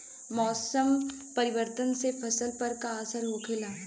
मौसम परिवर्तन से फसल पर का असर होखेला?